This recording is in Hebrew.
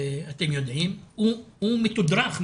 הוא מתודרך,